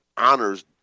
honors